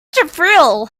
thrill